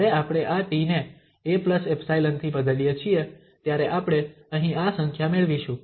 જ્યારે આપણે આ t ને a𝜖 થી બદલીએ છીએ ત્યારે આપણે અહીં આ સંખ્યા મેળવીશું